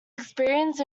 experiences